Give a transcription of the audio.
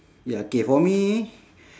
ya K for me